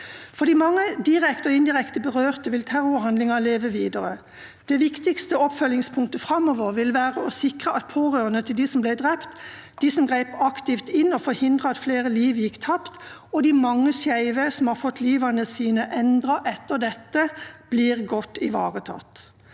For de mange direkte og indirekte berørte vil terrorhandlingen leve videre. Det viktigste oppfølgingspunktet framover vil være å sikre at pårørende til dem som ble drept, de som greip aktivt inn og forhindret at flere liv gikk tapt, og de mange skeive som har fått livet sitt endret etter dette, blir godt ivaretatt.